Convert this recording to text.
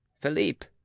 Philippe